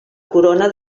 corona